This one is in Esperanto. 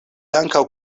ankaŭ